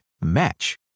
match